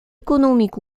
économique